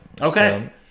Okay